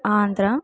Andhra